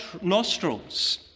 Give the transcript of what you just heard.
nostrils